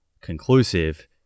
conclusive